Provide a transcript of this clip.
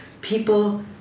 people